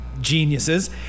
geniuses